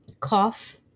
Cough